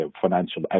financial